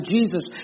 Jesus